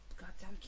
Goddamn